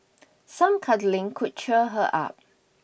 some cuddling could cheer her up